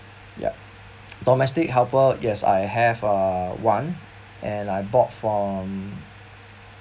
yup domestic helper yes I have uh one and I bought from